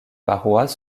parois